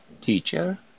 Teacher